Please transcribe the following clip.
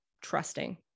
trusting